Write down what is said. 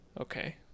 Okay